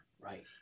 Right